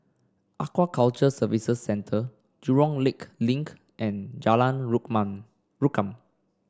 Aquaculture Services Centre Jurong Lake Link and Jalan Rukam